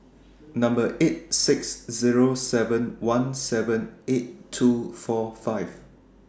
Number eight six Zero seven one seven eight two four five